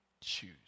choose